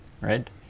right